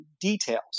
Details